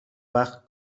وقت